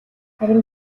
харин